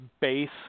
base